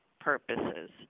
purposes